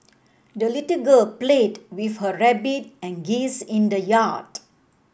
the little girl played with her rabbit and geese in the yard